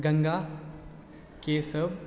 Ganga Keshav